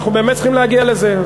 אנחנו באמת צריכים להגיע לזה,